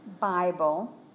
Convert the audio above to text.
Bible